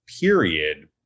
period